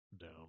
down